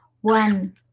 One